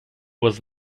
was